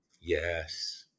Yes